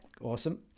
Awesome